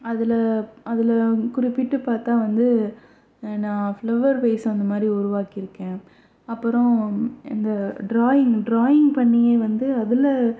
அதில் அதில் குறிப்பிட்டு பார்த்தா வந்து நான் ஃப்ளவர் வைஸ் அந்தமாதிரி உருவாக்கி இருக்கேன் அப்புறம் இந்த ட்ராயிங் ட்ராயிங் பண்ணியே வந்து அதில்